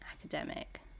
academic